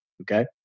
Okay